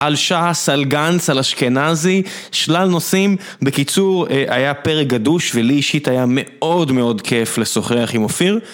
על ש"ס, על גנץ, על אשכנזי, שלל נושאים. בקיצור היה פרק גדוש ולי אישית היה מאוד מאוד כיף לשוחח עם אופיר.